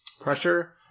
pressure